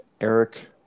Eric